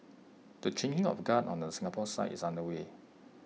the changing of guard on the Singapore side is underway